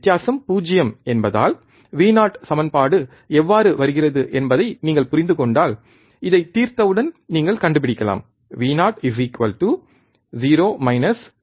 வித்தியாசம் 0 என்பதால் Vo சமன்பாடு எவ்வாறு வருகிறது என்பதைப் நீங்கள் புரிந்துகொண்டால் இதைத் தீர்த்தவுடன் நீங்கள் கண்டுபிடிக்கலாம் Vo 0 V1R1R2